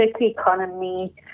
economy